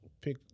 pick